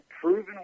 proven